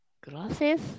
Glasses